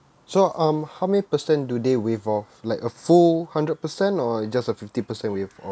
so um how many percent do they waive off like a full hundred percent or just a fifty percent waive off